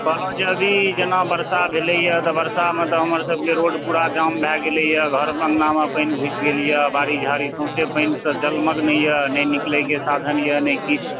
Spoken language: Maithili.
कहलहुँ जे अभी जेना वर्षा भेलैया तऽ वर्षामे तऽ हमर सबकेँ रोड पूरा जाम भए गेलैया घर अङ्गनामे पानि घुसि गेल यऽ बारीझाड़िमे से पानिसँ जलमग्न यऽ नहि निकलैकेँ साधन यऽ नहि किछु